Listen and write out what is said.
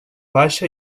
baixa